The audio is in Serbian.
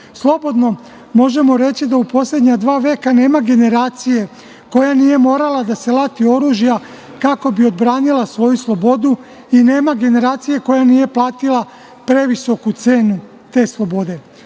ognjištu. Slobodno možemo reći da u poslednja dva veka nema generacije koja nije morala da se lati oružja kako bi odbranila svoju slobodu i nema generacije koja nije platila previsoku cenu te